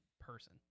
person